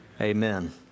Amen